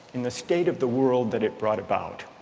in the state of the world that it brought about.